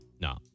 No